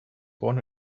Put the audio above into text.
born